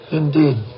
indeed